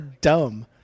dumb